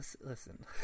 Listen